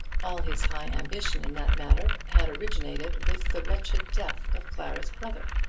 all his high ambition in that matter had originated with the wretched death of clara's brother.